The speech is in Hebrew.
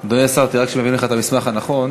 אדוני השר, תראה רק שהוא מביא לך את המסמך הנכון.